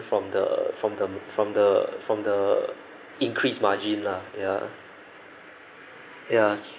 from the from the from the from the increased margin lah ya ya